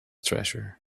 treasure